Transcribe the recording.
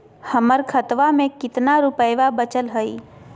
हमर खतवा मे कितना रूपयवा बचल हई?